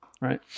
right